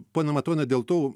pone matoni dėl to